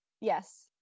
Yes